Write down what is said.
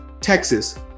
Texas